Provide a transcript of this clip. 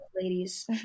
ladies